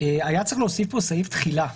היה צריך להוסיף פה סעיף תחילה.